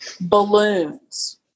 balloons